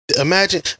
Imagine